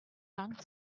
lung